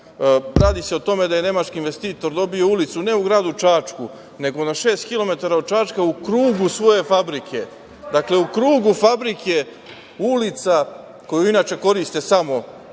Radi se o tome da je nemački investitor dobio ulicu, ne u gradu Čačku, nego na šest kilometra od Čačka, u krugu svoje fabrike. Dakle, u krugu fabrike, ulica koju koriste samo